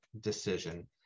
decision